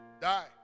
die